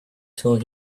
till